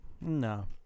No